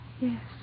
Yes